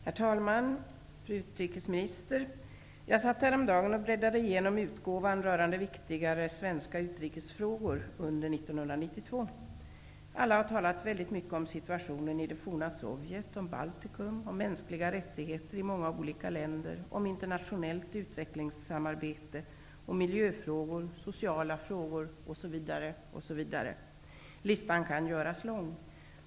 Herr talman! Fru utrikesminister! Jag satt häromdagen och bläddrade igenom utgåvan rörande viktigare svenska utrikesfrågor under 1992. Alla har talat väldigt mycket om situationen i det forna Sovjet, om Baltikum, om mänskliga rättigheter i många olika länder, om internationellt utvecklingssamarbete, om miljöfrågor, om sociala frågor osv. Listan kan göras lång.